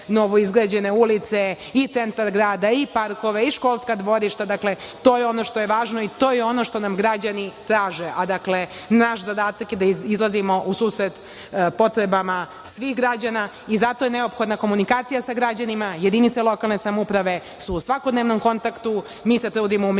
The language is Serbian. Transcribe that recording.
novoizgrađene ulice, i centar grada i parkove i školska dvorišta. Dakle, to je ono što je važno, i to je ono što nam građani traže. Naš zadatak je da izlazimo u susret potrebama svih građana i zato je neophodna komunikacija sa građanima. Jedinice lokalne samouprave su u svakodnevnom kontaktu. Mi se trudimo u Ministarstvu